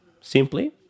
simply